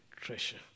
treasure